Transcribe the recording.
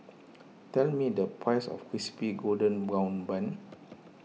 tell me the price of Crispy Golden Brown Bun